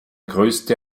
größte